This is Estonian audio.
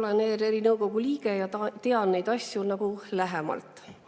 Olen ERR‑i nõukogu liige ja tean neid asju lähemalt. See,